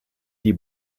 die